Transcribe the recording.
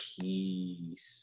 Peace